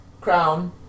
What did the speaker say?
Crown